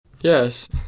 Yes